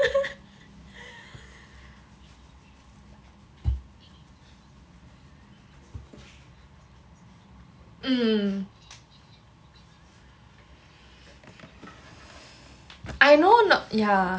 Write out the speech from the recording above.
mm I know yeah